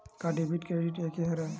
का debit credit एके हरय?